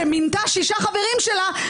שמינתה שישה חברים שלה,